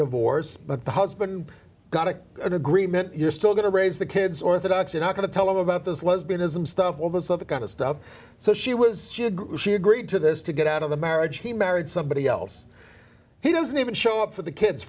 divorce but the husband got an agreement you're still going to raise the kids orthodox you're not going to tell him about this lesbianism stuff all this other kind of stuff so she was she agreed to this to get out of the marriage he married somebody else he doesn't even show up for the kids